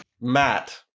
Matt